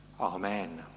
Amen